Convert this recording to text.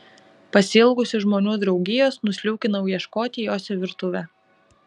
pasiilgusi žmonių draugijos nusliūkinau ieškoti jos į virtuvę